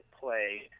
play